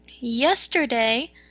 Yesterday